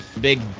big